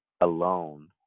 alone